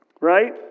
Right